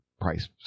price